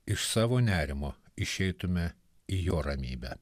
iš savo nerimo išeitume į jo ramybę